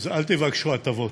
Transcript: אל תבקשו הטבות.